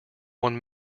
one